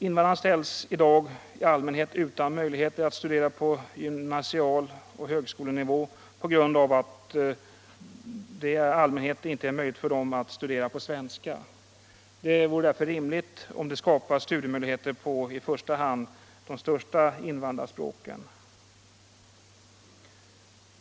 Invandrarna ställs i dag i allmänhet utan möjligheter att studera på gymnasial nivå och på högskolenivå på grund av att det i allmänhet inte är möjligt för dem att studera på svenska. Det vore därför rimligt att det skapades sådana studiemöjligheter på i första hand de största invandrarspråken. "